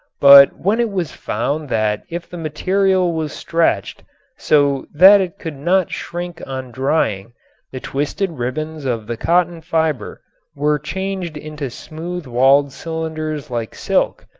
but when it was found that if the material was stretched so that it could not shrink on drying the twisted ribbons of the cotton fiber were changed into smooth-walled cylinders like silk,